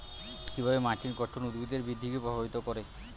কিভাবে মাটির গঠন উদ্ভিদের বৃদ্ধিকে প্রভাবিত করে?